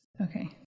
Okay